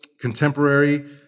contemporary